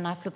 vänta?